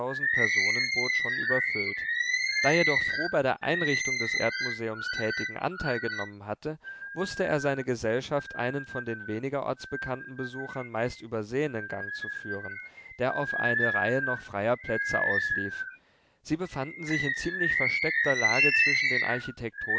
personen bot schon überfüllt da jedoch fru bei der einrichtung des erdmuseums tätigen anteil genommen hatte wußte er seine gesellschaft einen von den weniger ortsbekannten besuchern meist übersehenen gang zu führen der auf eine reihe noch freier plätze auslief sie befanden sich in ziemlich versteckter lage zwischen den